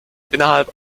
innerhalb